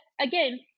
again